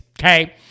okay